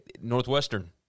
Northwestern